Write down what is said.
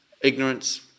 ignorance